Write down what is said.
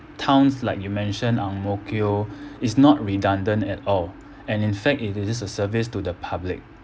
towns like you mention ang-mo-kio is not redundant at all and in fact it is a service to the public